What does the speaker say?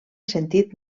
sentit